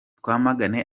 twamagane